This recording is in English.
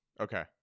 okay